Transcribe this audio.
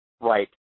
right